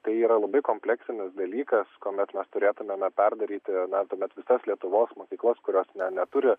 tai yra labai kompleksinis dalykas kuomet mes turėtumėme perdaryti na tuomet visas lietuvos mokyklas kurios ne neturi